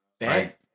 Right